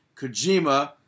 Kojima